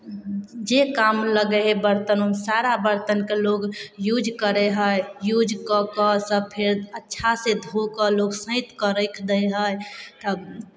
जे काम लगै हइ बरतन सारा बरतनके लोक यूज करै हइ यूज कऽ कऽ सभ फेर अच्छासँ धो कऽ लोक सैंत राखि दै हइ तब